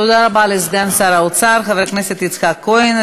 תודה רבה לסגן שר האוצר חבר הכנסת יצחק כהן.